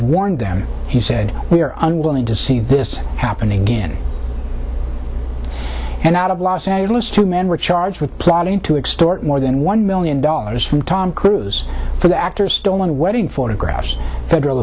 warned them he said we are unwilling to see this happening again and out of los angeles two men were charged with plotting to extort more than one million dollars from tom cruise for the actor stolen wedding photographs federal